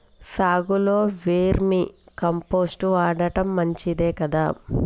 సాగులో vermicompost వాడటం మంచిదే కదా?